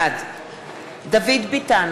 בעד דוד ביטן,